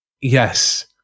yes